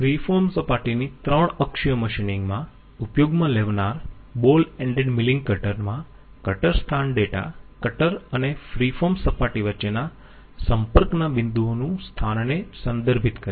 free form સપાટીની 3 અક્ષીય machining માં ઉપયોગમાં લેવાનાર બોલ એન્ડેડ મીલીંગ કટર માં કટર સ્થાન ડેટા કટર અને ફ્રી ફોર્મ સપાટી વચ્ચેના સંપર્કના બિંદુઓનું સ્થાનને સંદર્ભિત કરે છે